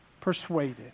persuaded